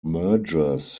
mergers